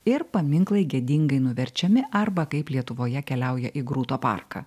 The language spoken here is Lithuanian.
ir paminklai gėdingai nuverčiami arba kaip lietuvoje keliauja į grūto parką